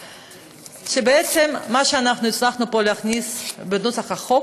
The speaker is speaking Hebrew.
בעצם הצלחנו פה להכניס בנוסח החוק